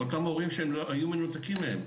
עם אותם הורים שהם היו מנותקים מהם.